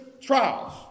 trials